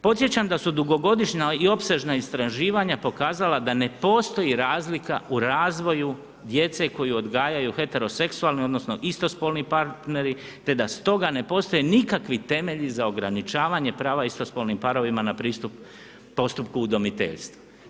Podsjećam da su dugogodišnja i opsežna istraživanja pokazala da ne postoji razlika u razvoju djece koju odgajaju heteroseksualni odnosno istospolni partneri te da stoga ne postoje nikakvi temelji za ograničavanje prava istospolnim parovima na postupku udomiteljstva.